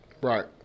Right